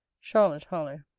charlotte harlowe.